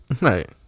Right